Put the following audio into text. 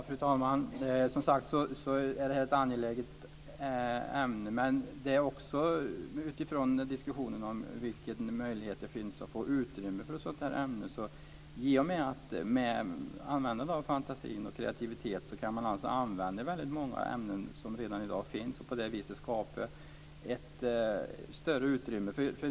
Fru talman! Som sagt är detta ett angeläget ämne - också utifrån diskussionen om vilken möjlighet det finns att få utrymme för ett sådant här ämne. I och med att man använder fantasin och kreativiteten kan man använda många ämnen som finns redan i dag och på det viset skapa ett större utrymme.